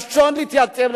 הראשון להתייצב,